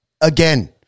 again